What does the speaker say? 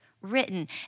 written